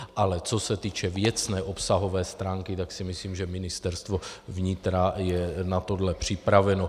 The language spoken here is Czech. Ale co se týče věcné, obsahové stránky, tak si myslím, že Ministerstvo vnitra je na tohle připraveno.